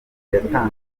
yatangaje